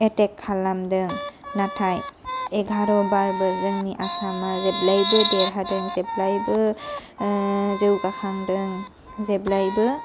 एतेक खालामदों नाथाय एघार'बारबो जोंनि आसामा जेब्लायबो देरहादों जेब्लायबो जौगाखांदों जेब्लायबो